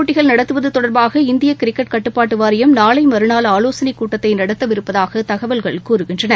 போட்டிகள் நடத்துவது தொடர்பாக இந்திய கிரிக்கெட் கட்டுப்பாட்டு வாரியம் நாளை மறுநாள் ஆலோசனைக் கூட்டத்தை நடத்தவிருப்பதாக தகவல்கள் கூறுகின்றன